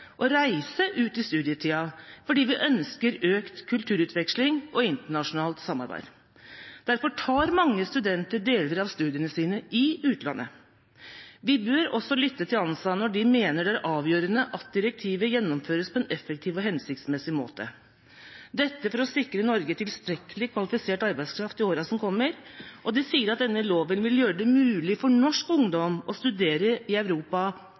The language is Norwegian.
reise ut i studietida fordi vi ønsker økt kulturutveksling og internasjonalt samarbeid. Derfor tar mange studenter deler av studiene sine i utlandet. Vi bør også lytte til ANSA når de mener at det er avgjørende at direktivet gjennomføres på en effektiv og hensiktsmessig måte for å sikre Norge kvalifisert arbeidskraft i åra som kommer, og de sier at denne loven vil gjøre det mulig for norsk ungdom å studere i Europa